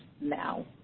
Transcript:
now